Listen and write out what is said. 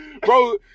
Bro